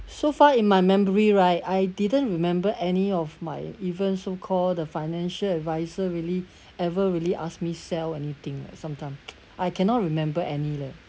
so far in my memory right I didn't remember any of my even so-called the financial adviser really ever really ask me sell anything leh sometime I cannot remember any leh